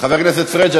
חבר הכנסת פריג',